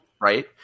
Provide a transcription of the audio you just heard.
Right